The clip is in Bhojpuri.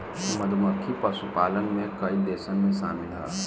मधुमक्खी पशुपालन में कई देशन में शामिल ह